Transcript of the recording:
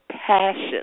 passion